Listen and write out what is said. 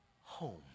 home